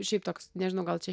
šiaip toks nežinau gal čia